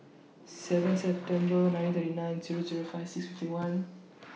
seven September nineteen thirty nine Zero Zero five six fifty one